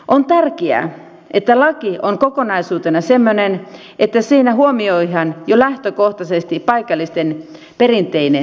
on tärkeää että laki on kokonaisuutena semmoinen että siinä huomioidaan jo lähtökohtaisesti paikallisten perinteinen elämä